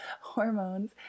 hormones